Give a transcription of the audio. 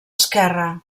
esquerre